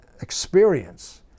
experience